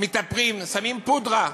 מתאפרים, שמים פודרה,